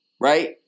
right